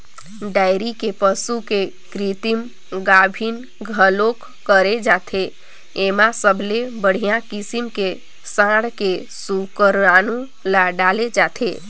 dairy के पसू के कृतिम गाभिन घलोक करे जाथे, एमा सबले बड़िहा किसम के सांड के सुकरानू ल डाले जाथे